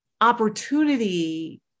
opportunity